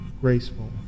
graceful